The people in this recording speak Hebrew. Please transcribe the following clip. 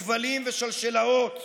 וכבלים ושלשלאות.